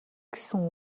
гэсэн